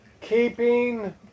keeping